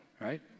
right